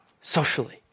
socially